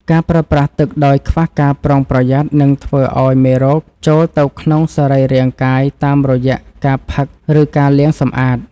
ការប្រើប្រាស់ទឹកដោយខ្វះការប្រុងប្រយ័ត្ននឹងធ្វើឱ្យមេរោគចូលទៅក្នុងសរីរាង្គកាយតាមរយៈការផឹក ឬការលាងសម្អាត។